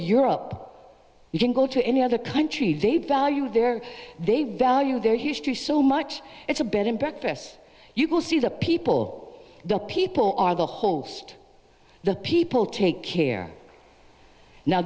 europe you can go to any other country they value there they value their history so much it's a bit in practice you will see the people the people are the host the people take care now